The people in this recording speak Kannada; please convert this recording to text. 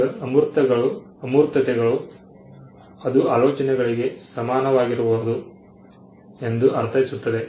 ಈಗ ಅಮೂರ್ತತೆಗಳು ಅದು ಆಲೋಚನೆಗಳಿಗೆ ಸಮನಾಗಿರಬಹುದು ಎಂದು ಅರ್ಥೈಸುತ್ತದೆ